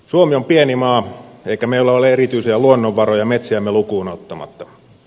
suomi on pieni maa eikä meillä ole erityisiä luonnonvaroja metsiämme lukuun ottamatta